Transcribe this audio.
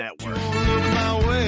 Network